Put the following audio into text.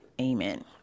Amen